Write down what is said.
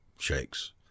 shakes